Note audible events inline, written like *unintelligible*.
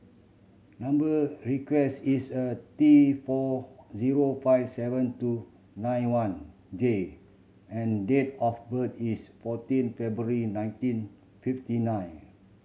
number *unintelligible* is a T four zero five seven two nine one J and date of birth is fourteen February nineteen fifty nine